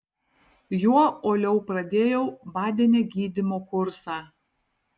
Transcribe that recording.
juo uoliau pradėjau badene gydymo kursą